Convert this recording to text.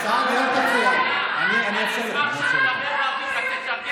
תפסיקו להפריע לחברי הכנסת הערבים.